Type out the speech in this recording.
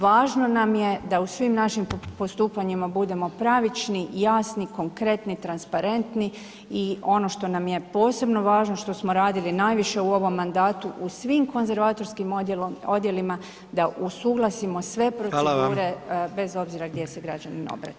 Važno nam je da u svim našim postupanjima budemo pravični, jasni, konkretni, transparentni i ono što nam je posebno važno što smo radili najviše u ovom mandatu u svim konzervatorskim odjelima da usuglasimo sve procedure bez obzira gdje se građanin obraća.